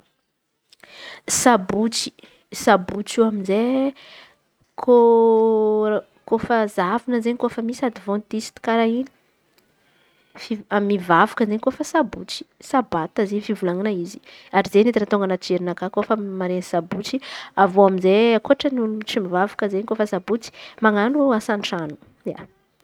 Sabotsy, sabotsy io amy izey kô- kôfa zahavina zey kà raha misy advantsity karà io fi amy mivavaka refa sabotsy. Sabata zey fivolan̈a izy ary atô anaty jerinakà ko rehefa mare sabotsy avy eo amy izey ankôatran'olo tsy mivavaka izen̈y koa no fa sabotsy manan̈o asa an-trano.